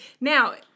Now